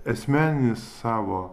asmeninį savo